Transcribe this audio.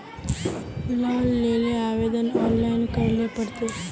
Loan लेले आवेदन online करे ले पड़ते?